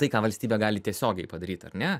tai ką valstybė gali tiesiogiai padaryti ar ne